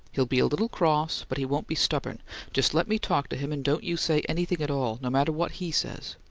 he'll be a little cross, but he won't be stubborn just let me talk to him and don't you say anything at all, no matter what he says.